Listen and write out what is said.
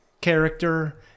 character